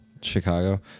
Chicago